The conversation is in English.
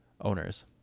owners